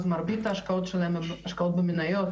מרבית ההשקעות שלהן הן במניות,